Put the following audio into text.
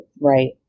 Right